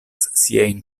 siajn